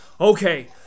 okay